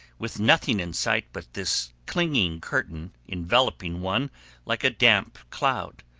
with nothing in sight but this clinging curtain enveloping one like a damp cloud,